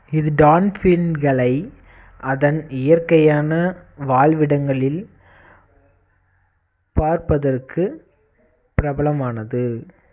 இது டால்ஃபின்களை அதன் இயற்கையான வாழ்விடங்களில் பார்ப்பதற்கு பிரபலமானது